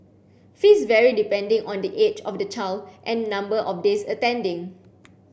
fees vary depending on the age of the child and number of days attending